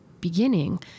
beginning